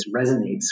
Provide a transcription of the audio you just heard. resonates